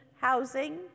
housing